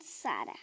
Sara